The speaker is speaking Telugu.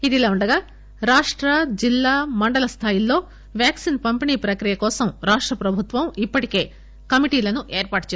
ఇదిలా వుండగా రాష్ట జిల్లా మండల స్థాయిల్లో వాక్సిన్ పంపిణీ ప్రక్రియకోసం రాష్ట ప్రభుత్వం ఇప్పటికే కమిటీలను ఏర్పాటు చేసింది